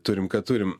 turim ką turim